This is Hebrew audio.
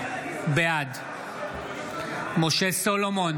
בעד משה סולומון,